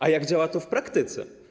A jak działa to w praktyce?